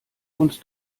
uns